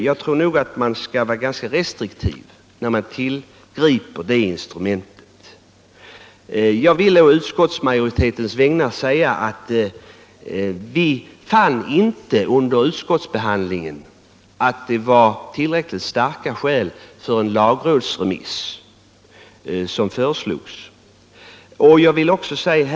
Jag tror att man i det avseendet bör visa restriktivitet. Jag vill på utskottsmajoritetens vägnar säga att vi under utskottsbehandlingen inte fann tillräckligt starka skäl för den föreslagna lagrådsremissen.